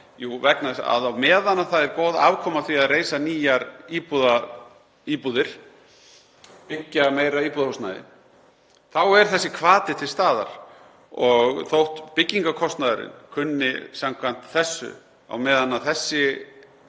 þess að á meðan það er góð afkoma af því að reisa nýjar íbúðir, byggja meira af íbúðarhúsnæði, er þessi hvati til staðar og þótt byggingarkostnaðurinn kunni samkvæmt þessu, á meðan þessi